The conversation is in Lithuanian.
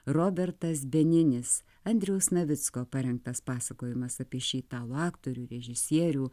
robertas beninis andriaus navicko parengtas pasakojimas apie šį italų aktorių režisierių